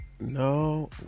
no